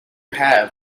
have